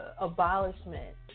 abolishment